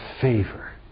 favor